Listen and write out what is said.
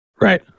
Right